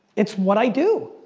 it's what i do.